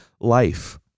life